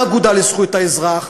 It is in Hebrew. האגודה לזכויות האזרח,